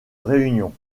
réunion